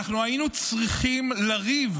היינו צריכים לריב